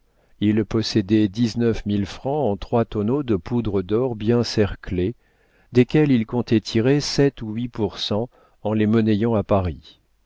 il possédait dix-neuf cent mille francs en trois tonneaux de poudre d'or bien cerclés desquels il comptait tirer sept ou huit pour cent en les monnayant à paris